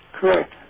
Correct